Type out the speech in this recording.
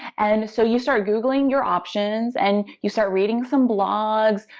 and so you start googling your options, and you start reading some blogs,